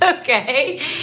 okay